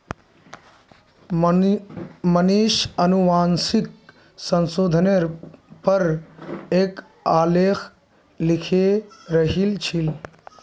मनीष अनुवांशिक संशोधनेर पर एक आलेख लिखे रहिल छील